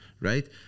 right